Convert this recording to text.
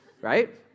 Right